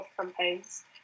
campaigns